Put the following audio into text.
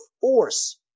force